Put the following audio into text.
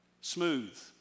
smooth